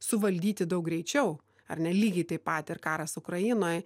suvaldyti daug greičiau ar ne lygiai taip pat ir karas ukrainoj